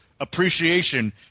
appreciation